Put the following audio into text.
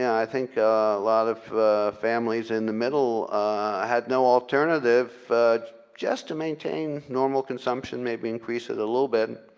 i think a lot of families in the middle had no alternative just to maintain normal consumption may be increase it a little bit.